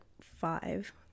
five